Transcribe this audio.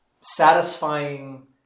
satisfying